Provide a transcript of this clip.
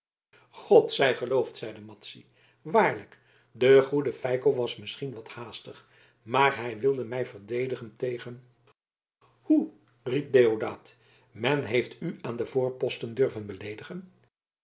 god zij geloofd zeide madzy waarlijk de goede feiko was misschien wat haastig maar hij wilde mij verdedigen tegen hoe riep deodaat men heeft u aan de voorposten durven beleedigen